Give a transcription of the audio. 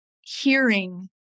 hearing